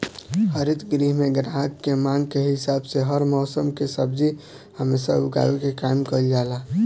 हरित गृह में ग्राहक के मांग के हिसाब से हर मौसम के सब्जी हमेशा उगावे के काम कईल जाला